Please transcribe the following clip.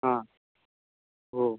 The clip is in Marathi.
हां हो